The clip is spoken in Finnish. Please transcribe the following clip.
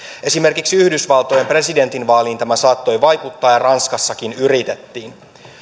esimerkiksi yhdysvaltojen presidentinvaaliin tämä saattoi vaikuttaa ja ranskassakin yritettiin